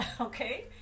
Okay